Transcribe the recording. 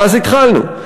שאז התחלנו.